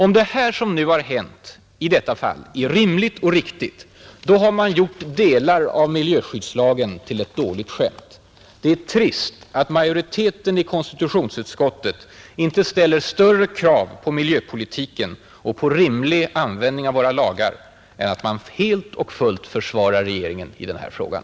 Om det som hänt i detta fall är rimligt och riktigt, då har man gjort delar av miljöskyddslagen till ett dåligt skämt. Det är trist att majoriteten i kotutionsutskottet inte ställer större krav på miljöpolitiken och på rimlig användning av våra lagar än att den helt och fullt försvarar regeringen i den här frågan.